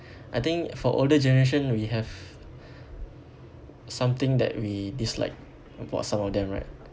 I think for older generation we have something that we dislike about some of them right